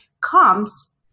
comes